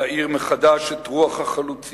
להעיר מחדש את רוח החלוציות